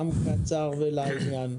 גם קצר ולעניין.